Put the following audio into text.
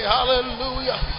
Hallelujah